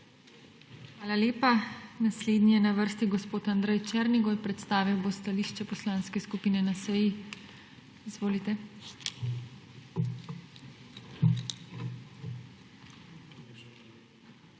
Hvala lepa. Naslednji je na vrsti gospod Rudi Medved, predstavil bo stališče Poslanske skupine LMŠ. Izvolite.